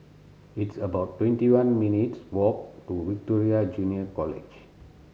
it's about twenty one minutes' walk to Victoria Junior College